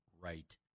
right